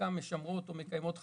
חלקן משמרות או מקיימות חיים.